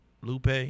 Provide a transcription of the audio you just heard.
Lupe